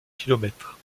kilomètres